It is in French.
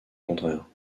contraire